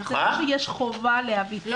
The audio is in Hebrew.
זה לא שיש חובה להביא צו.